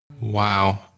Wow